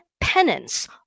penance